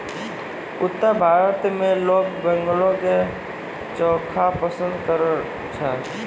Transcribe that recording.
उत्तर भारतो मे लोक बैंगनो के चोखा पसंद करै छै